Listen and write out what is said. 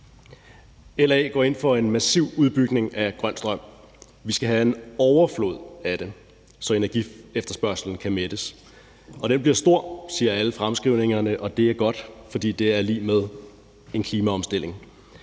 LA går ind for en massiv udbygning af grøn strøm. Vi skal have en overflod af det, så energiefterspørgslen kan mættes. Og den bliver stor, siger alle fremskrivningerne, og det er godt, fordi det er lig med en klimaomstilling.